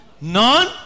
None